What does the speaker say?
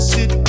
Sit